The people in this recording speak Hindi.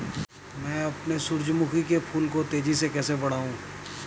मैं अपने सूरजमुखी के फूल को तेजी से कैसे बढाऊं?